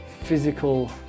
physical